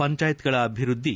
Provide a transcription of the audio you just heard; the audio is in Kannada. ಪಂಚಾಯತ್ಗಳ ಅಭಿವೃದ್ದಿ